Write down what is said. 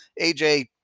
AJ